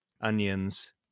onions